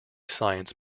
science